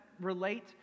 relate